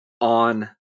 on